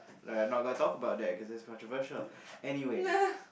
uh not gonna talk about that cause that's controversial anyway